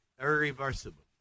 Irreversible